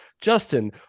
Justin